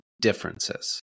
differences